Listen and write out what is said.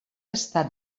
estat